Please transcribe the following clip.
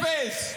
אפס,